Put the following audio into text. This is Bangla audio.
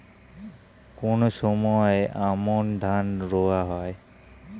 কোন সময় আমন ধান রোয়া হয়?